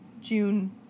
June